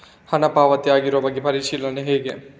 ಹಣ ಪಾವತಿ ಆಗಿರುವ ಬಗ್ಗೆ ಪರಿಶೀಲನೆ ಹೇಗೆ?